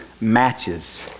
matches